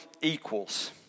equals